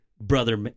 Brother